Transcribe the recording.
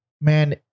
man